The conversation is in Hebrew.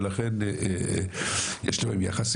ולכן יש יחס.